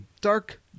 dark